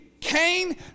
Cain